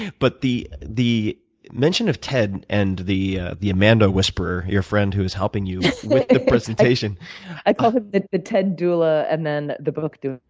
but the the mention of ted and the the amanda whisperer, your friend who was helping you with the presentation i call him the the ted doula and then the book doula.